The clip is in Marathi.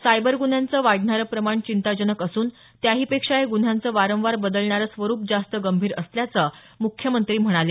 सायबर गुन्ह्यांचं वाढणारं प्रमाण चिंताजनक असून त्याहीपेक्षा या गुन्ह्यांचं वारंवार बदलणारं स्वरूप जास्त गंभीर असल्याचं मुख्यमंत्री म्हणाले